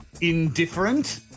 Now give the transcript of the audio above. indifferent